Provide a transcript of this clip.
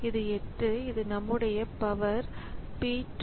இது 8 இது நம்முடைய பவர் P 2